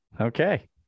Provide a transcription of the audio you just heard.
Okay